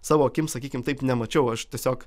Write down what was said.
savo akim sakykim taip nemačiau aš tiesiog